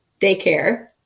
daycare